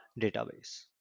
database